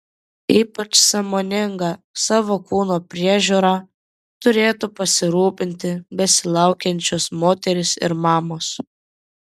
ypač sąmoninga savo kūno priežiūra turėtų pasirūpinti besilaukiančios moterys ir mamos